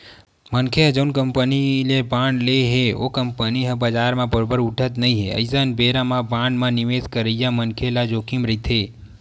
मनखे ह जउन कंपनी के बांड ले हे ओ कंपनी ह बजार म बरोबर उठत नइ हे अइसन बेरा म बांड म निवेस करइया मनखे ल जोखिम रहिथे